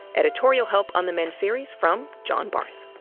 editorial help on the men series from john barth.